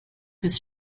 his